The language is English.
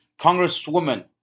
Congresswoman